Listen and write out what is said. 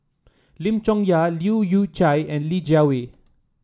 Lim Chong Yah Leu Yew Chye and Li Jiawei